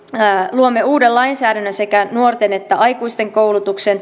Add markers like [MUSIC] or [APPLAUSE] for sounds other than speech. luomme uuden lainsäädännön sekä nuorten että aikuisten koulutukseen [UNINTELLIGIBLE]